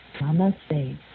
Namaste